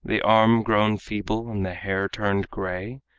the arm grown feeble and the hair turned gray,